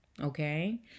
Okay